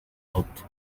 hutu